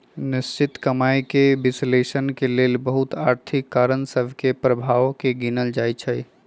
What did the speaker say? निश्चित कमाइके विश्लेषण के लेल बहुते आर्थिक कारण सभ के प्रभाव के गिनल जाइ छइ